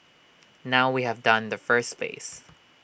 now we have done the first phase